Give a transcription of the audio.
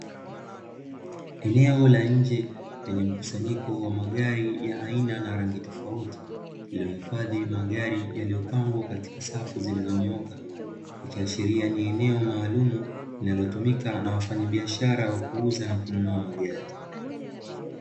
Eneo la nje lenye mkusanyiko wa magari ya aina na rangi tofauti lilohifadhi magari yaliyo pangwa katika safu zilizo nyooka, ikiashiria ni eneo maalumu linalotumika na wafanyabiashara wa kuuza na kununua magari.